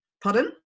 Pardon